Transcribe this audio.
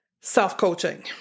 self-coaching